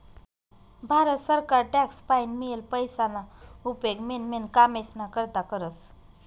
भारत सरकार टॅक्स पाईन मियेल पैसाना उपेग मेन मेन कामेस्ना करता करस